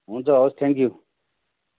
हुन्छ हवस् थ्याङ्क्यु